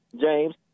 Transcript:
James